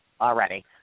already